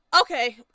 Okay